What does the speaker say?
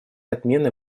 отмены